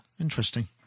Interesting